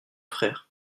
frères